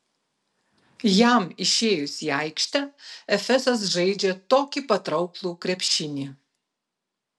jam išėjus į aikštę efesas žaidžią tokį patrauklų krepšinį